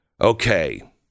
Okay